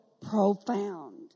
profound